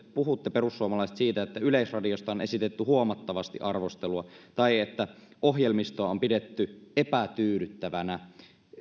puhutte siitä että yleisradiosta on esitetty huomattavasti arvostelua tai että ohjelmistoa on pidetty epätyydyttävänä